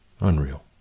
Unreal